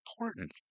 important